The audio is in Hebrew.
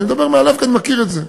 אני מדבר מהלב, כי אני מכיר את זה.